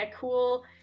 cool